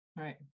Right